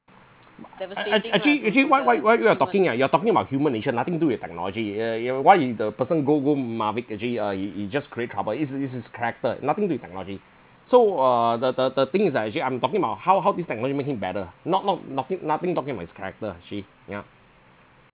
ac~ ac~ actually actually what what what you are talking ah you are talking about human nature nothing to do with technology uh yea what if the person go go maverick actually uh he he just create havoc it's his character nothing with technology so uh the the the thing is that actually I'm talking about how how this technology make him better not not nothing nothing talking about his character actually yeah